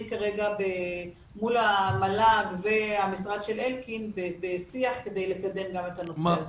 כרגע מול המל"ג והמשרד של אלקין בשיח כדי לקדם את הנושא הזה.